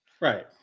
right